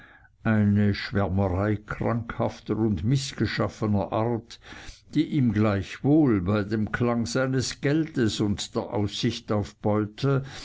eine schwärmerei krankhafter und mißgeschaffener art die ihm gleichwohl bei dem klang seines geldes und der aussicht auf beute